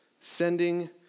sending